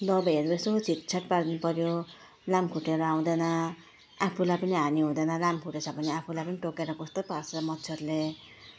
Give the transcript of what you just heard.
दबाईहरू यसो छिटछाट पार्नुपर्यो लामखुट्टेहरू आउँदैन आफूलाई पनि हानि हुँदैन लामखुट्टे छ भने आफूलाई पनि टोकेर कस्तो पार्छ मच्छरले